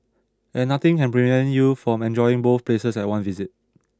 and nothing can prevent you from enjoying both places at one visit